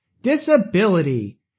disability